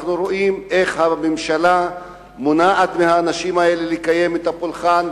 אנחנו רואים איך הממשלה מונעת מהאנשים האלה לקיים את הפולחן,